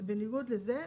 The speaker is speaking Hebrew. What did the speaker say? בניגוד לזה,